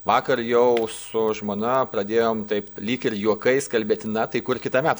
vakar jau su žmona pradėjom taip lyg ir juokais kalbėti na tai kur kitąmet